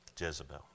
Jezebel